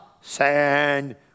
sand